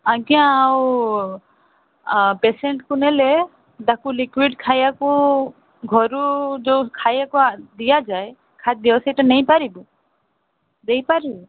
ଆଜ୍ଞା ଆଉ ପେସେଣ୍ଟ୍କୁ ନେଲେ ତାକୁ ଲିକ୍ୟୁଇଡ଼୍ ଖାଇବାକୁ ଘରୁ ଯୋଉ ଖାଇବାକୁ ଦିଆଯାଏ ଖାଦ୍ୟ ସେଇଟା ନେଇପାରିବୁ ଦେଇପାରିବୁ